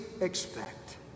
expect